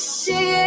see